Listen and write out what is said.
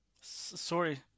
Sorry